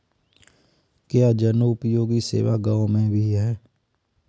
क्या जनोपयोगी सेवा गाँव में भी है?